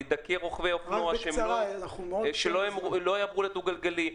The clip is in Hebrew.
לדכא רוכבי אופנוע כדי שלא ייסעו בדו-גלגלי?